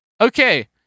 Okay